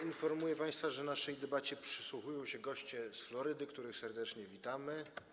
Informuję państwa, że naszej debacie przysłuchują się goście z Florydy, których serdecznie witamy.